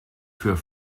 für